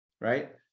right